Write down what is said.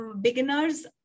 beginners